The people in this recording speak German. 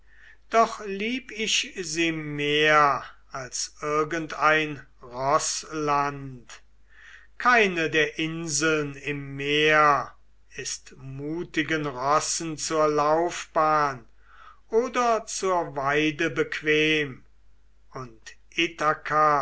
doch lieb ich sie mehr als irgendein roßland keine der inseln im meer ist mutigen rossen zur laufbahn oder zur weide bequem und